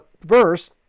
verse